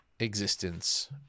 Existence